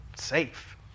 safe